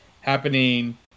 happening –